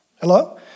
Hello